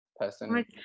person